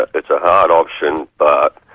but it's a hard option, but